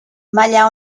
maila